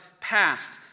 past